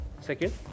Second